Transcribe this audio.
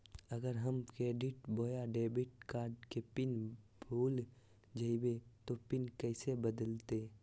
अगर हम क्रेडिट बोया डेबिट कॉर्ड के पिन भूल जइबे तो पिन कैसे बदलते?